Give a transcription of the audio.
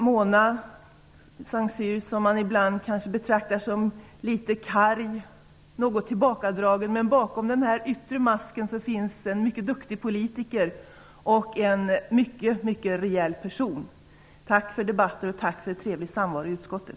Mona Saint Cyr kanske ibland betraktas som litet karg och något tillbakadragen, men bakom den yttre masken finns en mycket duktig politiker och en mycket rejäl person. Tack för debatter och tack för trevlig samvaro i utskottet!